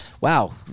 Wow